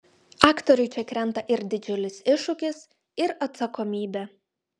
aktoriui čia krenta ir didžiulis iššūkis ir atsakomybė